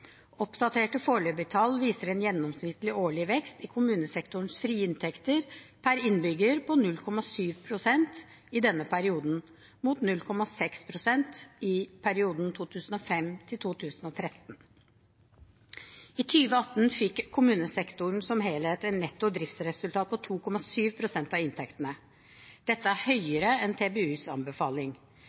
Oppdaterte, foreløpige tall viser en gjennomsnittlig årlig vekst i kommunesektorens frie inntekter per innbygger på 0,7 pst. i denne perioden, mot 0,6 pst. i perioden 2005–2013. I 2018 fikk kommunesektoren som helhet et netto driftsresultat på 2,7 pst. av inntektene. Dette er høyere enn TBUs anbefaling.